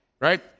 right